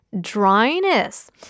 dryness